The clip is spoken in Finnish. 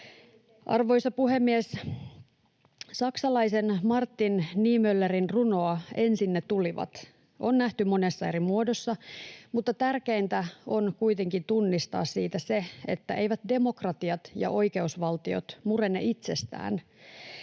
Arvoisa puhemies! Saksalaisen Martin Niemöllerin runoa ”Ensin ne tulivat...” on nähty monessa eri muodossa, mutta tärkeintä on kuitenkin tunnistaa siitä se, että eivät demokratiat ja oikeusvaltiot murene itsestään.